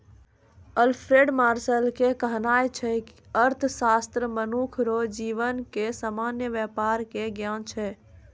Alfred Marshall के कहनाय छै अर्थशास्त्र मनुख रो जीवन के सामान्य वेपार के ज्ञान छिकै